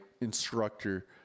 instructor